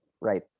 Right